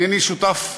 אינני שותף,